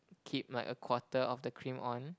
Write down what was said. keep like a quarter of the cream on